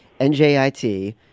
NJIT